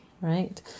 Right